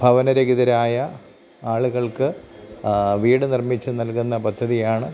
ഭവന രഹിതരായ ആളുകൾക്ക് വീട് നിർമിച്ച് നൽകുന്ന പദ്ധതിയാണ്